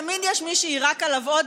תמיד יש מי שיירק עליו עוד,